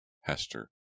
Hester